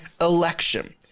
election